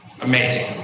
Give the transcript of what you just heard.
amazing